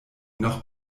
noch